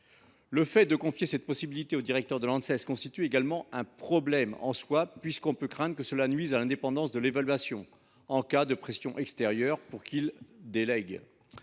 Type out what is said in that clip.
Le fait de confier cette possibilité au directeur général de l’Anses constitue également un problème en soi, puisque l’on peut craindre que cela ne nuise à l’indépendance de l’évaluation, en cas de pression extérieure pour qu’il la délègue.